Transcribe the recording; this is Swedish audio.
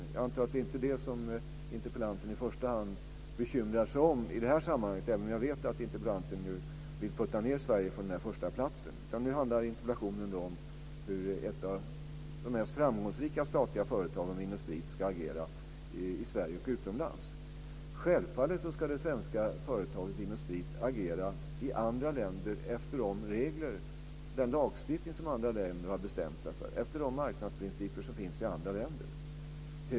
Jag antar att det inte är det som interpellanten i första hand bekymrar sig om i det här sammanhanget, även om jag vet att interpellanten vill putta ned Sverige från den här första platsen. Nu handlar interpellationen om hur ett av de mest framgångsrika statliga företagen Vin & Sprit ska agera i Sverige och utomlands. Självfallet ska det svenska företaget Vin & Sprit agera i andra länder efter de regler och den lagstiftning som andra länder har bestämt sig för och efter de marknadsprinciper som finns i andra länder.